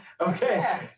Okay